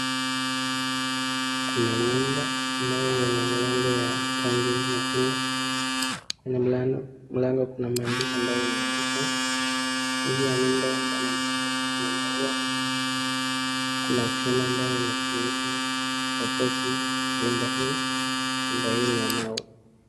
Kuna nyumba ambaye yenye rangi ya nyekundu, Kuna mlango, mlango Kuna maandishi ambayo imeandikwa. Nje ya nyumba Kuna maua, Kuna chuma ambayo imetumika ku support nyumba hii. Nyumba hii ni ya mawe.